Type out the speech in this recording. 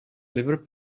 liver